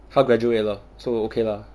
他 graduate 了 so okay lah